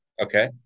Okay